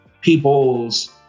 people's